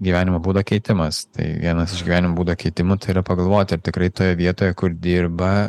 gyvenimo būdo keitimas tai vienas iš gyvenimo būdą kitimų tai yra pagalvoti ar tikrai toje vietoje kur dirba